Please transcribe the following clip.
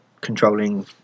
controlling